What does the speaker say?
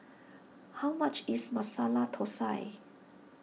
how much is Masala Thosai